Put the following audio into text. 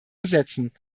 besetzen